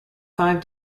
five